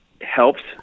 helps